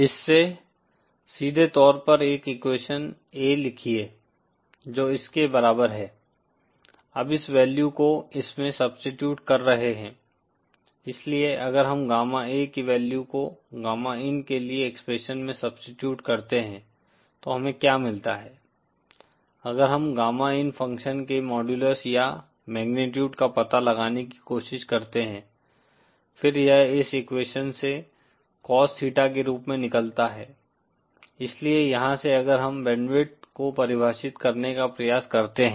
इस से सीधे तौर पर एक एक्वेशन a लिखिए जो इस के बराबर है अब इस वैल्यू को इस में सब्स्टीट्यट कर रहे है इसलिए अगर हम गामा A की वैल्यू को गामा इन के लिए एक्सप्रेशन में सब्स्टीट्यट करते हैं तो हमें क्या मिलता है अगर हम गामा इन फंक्शन के मोडुलस या मैगनीटुड का पता लगाने की कोशिश करते हैं फिर यह इस एक्वेशन से कॉस थीटा के रूप में निकलता है इसलिए यहां से अगर हम बैंडविड्थ को परिभाषित करने का प्रयास करते हैं